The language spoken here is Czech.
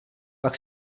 pak